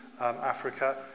Africa